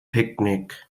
picknick